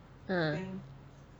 ah